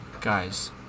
Guys